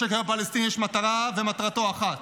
לשקר הפלסטיני יש מטרה, ומטרתו היא אחת: